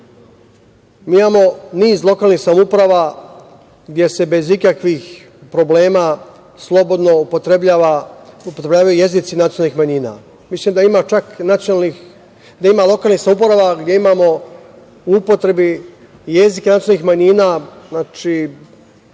Imamo niz lokalnih samouprava gde se bez ikakvih problema, slobodno upotrebljavaju jezici nacionalnih manjina. Mislim da ima lokalnih samouprava gde imamo u upotrebi jezike nacionalnih manjina 10,